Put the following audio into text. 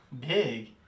Big